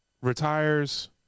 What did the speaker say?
retires